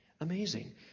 Amazing